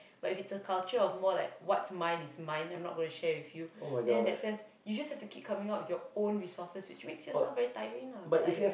but if it's a culture of more like what's mine is mine I'm not gonna share with you then in that sense you just have to keep coming up with your own resources which makes yourself very tiring lah very tired